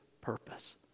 purpose